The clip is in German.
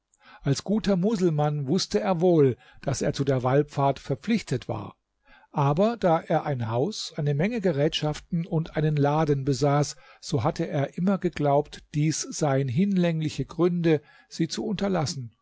als guter muselmann wußte er wohl daß er zu der wallfahrt verpflichtet war aber da er ein haus eine menge gerätschaften und einen laden besaß so hatte er immer geglaubt dies seien hinlängliche gründe sie zu unterlassen